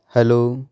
hello